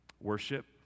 Worship